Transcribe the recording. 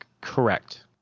Correct